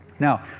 Now